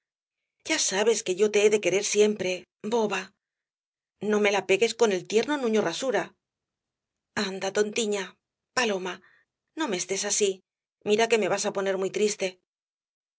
ya sabes que yo te he de querer siempre boba no me la pegues con el tierno nuño rasura anda tontiña paloma no me estés así mira que me vas á poner muy triste